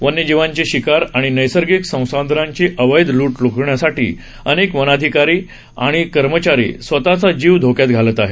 वन्यजीवांची शिकार आणि नैसर्गिक संसाधनांची अवैध लुट रोखण्यासाठी अनेक वनाधिकारी आणि कर्मचारी स्वतचा जीव धोक्यात घालत आहेत